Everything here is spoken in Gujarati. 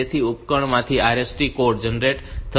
તેથી ઉપકરણમાંથી RST કોડ જનરેટ થશે